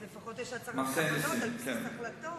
אז לפחות יש הצהרת כוונות על בסיס החלטות.